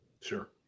Sure